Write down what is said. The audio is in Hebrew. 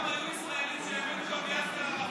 פעם היו ישראלים שהאמינו גם ליאסר ערפאת.